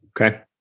Okay